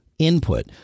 Input